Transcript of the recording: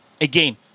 again